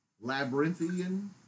labyrinthian